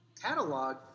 catalog